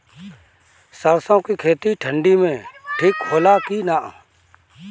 सरसो के खेती ठंडी में ठिक होला कि ना?